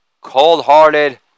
cold-hearted